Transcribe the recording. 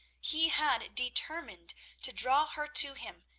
he had determined to draw her to him,